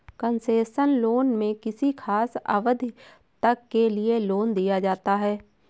concessional loan में किसी खास अवधि तक के लिए लोन दिया जाता है